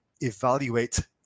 evaluate